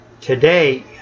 today